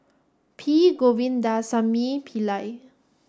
P Govindasamy Pillai